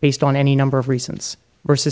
based on any number of reasons versus